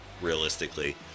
realistically